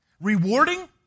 Rewarding